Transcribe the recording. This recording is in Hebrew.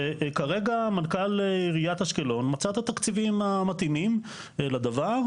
וכרגע מנכ"ל עיריית אשקלון מצא את התקציבים המתאימים לדבר.